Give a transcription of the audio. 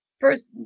First